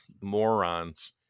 morons